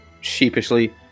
sheepishly